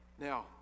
Now